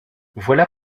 voilà